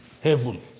heaven